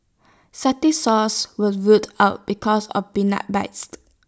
Satay Sauce was ruled out because of peanut